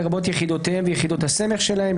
לרבות יחידותיהם ויחידות הסמך שלהם,